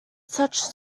such